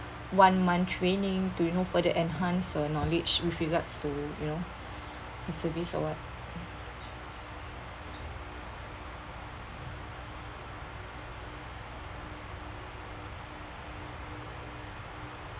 one month training to you know further enhance her knowledge with regards to you know her service or what